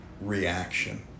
reaction